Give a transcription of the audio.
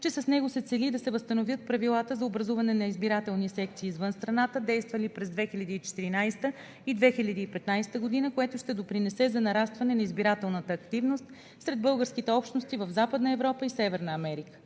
че с него се цели да се възстановят правилата за образуване на избирателни секции извън страната, действали през 2014 г. и 2015 г., което ще допринесе за нарастване на избирателната активност сред българските общности в Западна Европа и Северна Америка.